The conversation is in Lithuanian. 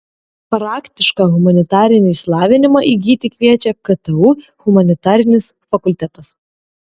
praktišką humanitarinį išsilavinimą įgyti kviečia ktu humanitarinis fakultetas